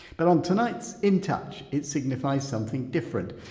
but on tonight's in touch it signifies something different.